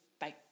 Bye